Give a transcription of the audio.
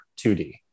2D